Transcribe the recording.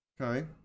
Okay